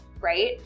right